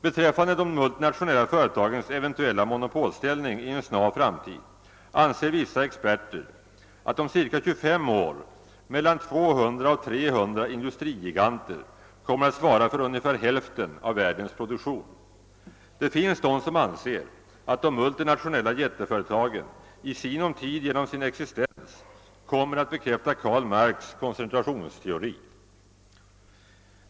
Beträffande de multinationella företagens eventuella monopolställning i en snar framtid anser vissa experter, att om ca 25 år mellan 200 och 300 industrigiganter kommer att svara för ungefär hälften av världens produktion. Det finns de som anser att de multinationella jätteföretagen i sinom tid genom sin existens kommer att bekräfta Karl Marx” koncentrationsteori.